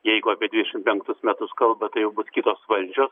jeigu apie dvidešimt penktus metus kalba tai jau bus kitos valdžios